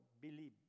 believe